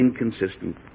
inconsistent